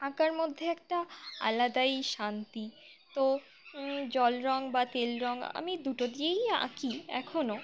আঁকার মধ্যে একটা আলাদাই শান্তি তো জল রঙ বা তেল রঙ আমি দুটো দিয়েই আঁকি এখনও